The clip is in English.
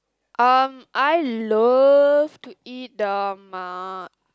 um I love to eat the ma~